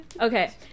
Okay